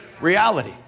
reality